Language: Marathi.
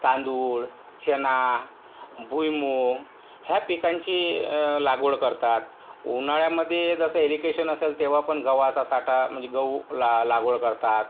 तांदूळ चणा भुईमुग ह्या पिकांची लागवड करतात उन्हाळ्यामध्ये जसं एरिकेशन असेल तेव्हा पण गव्हाचा साठा म्हणजे गहू ला लागवड करतात